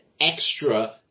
extra